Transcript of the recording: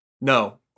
no